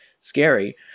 scary